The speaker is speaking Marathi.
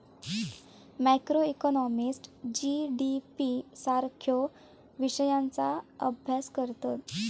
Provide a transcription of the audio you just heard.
मॅक्रोइकॉनॉमिस्ट जी.डी.पी सारख्यो विषयांचा अभ्यास करतत